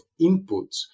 inputs